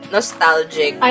Nostalgic